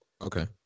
Okay